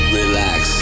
Relax